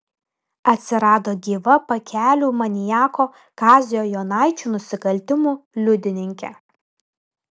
atsirado gyva pakelių maniako kazio jonaičio nusikaltimų liudininkė